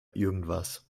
irgendwas